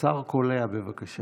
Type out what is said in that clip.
קצר וקולע, בבקשה.